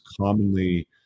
commonly